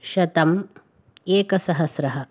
शतम् एकसहस्रम्